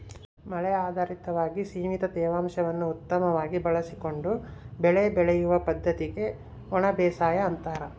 ಮಳೆ ಆಧಾರಿತವಾಗಿ ಸೀಮಿತ ತೇವಾಂಶವನ್ನು ಉತ್ತಮವಾಗಿ ಬಳಸಿಕೊಂಡು ಬೆಳೆ ಬೆಳೆಯುವ ಪದ್ದತಿಗೆ ಒಣಬೇಸಾಯ ಅಂತಾರ